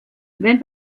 wenn